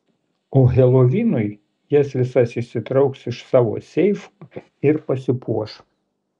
o helovinui jas visas išsitrauks iš savo seifų ir pasipuoš